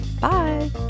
Bye